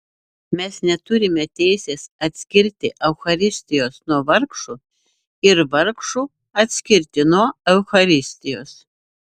mes neturime teisės atskirti eucharistijos nuo vargšų ir vargšų atskirti nuo eucharistijos